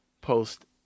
post